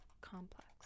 complex